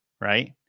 right